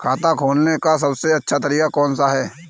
खाता खोलने का सबसे अच्छा तरीका कौन सा है?